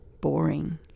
boring